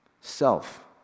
self